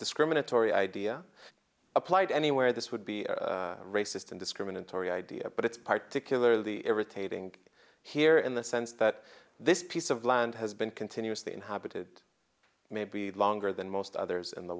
discriminatory idea applied anywhere this would be racist and discriminatory idea but it's particularly irritating here in the sense that this piece of land has been continuously inhabited maybe longer than most others in the